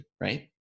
right